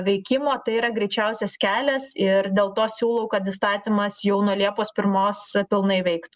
veikimo tai yra greičiausias kelias ir dėl to siūlau kad įstatymas jau nuo liepos pirmos pilnai veiktų